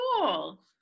cool